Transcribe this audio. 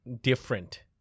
different